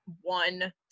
one